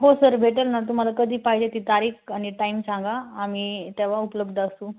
हो सर भेटेल ना तुम्हाला कधी पाहिजे ती तारीख आणि टाईम सांगा आम्ही तेव्हा उपलब्ध असू